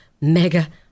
mega